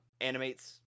Animates